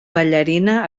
ballarina